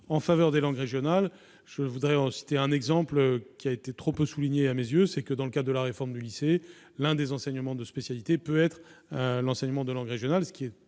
en faveur des langues régionales. Je voudrais citer un exemple, qui a été trop peu souligné à mes yeux : dans le cadre de la réforme du lycée, l'un des enseignements de spécialité peut être l'enseignement d'une langue régionale, ce qui est